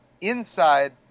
inside